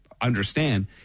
understand